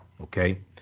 Okay